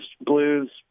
blues